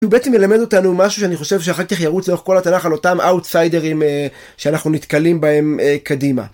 והוא בעצם ילמד אותנו משהו שאני חושב שאחר כך ירוץ לנו כל התנ"ך על אותם אאוטסיידרים שאנחנו נתקלים בהם קדימה.